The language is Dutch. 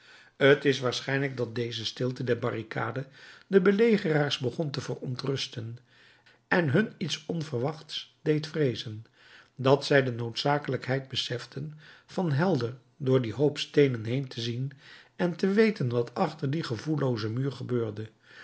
t is waarschijnlijk dat deze stilte der barricade de belegeraars begon te verontrusten en hun iets onverwachts deed vreezen dat zij de noodzakelijkheid beseften van helder door dien hoop steenen heen te zien en te weten wat achter dien gevoelloozen muur gebeurde